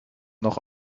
noch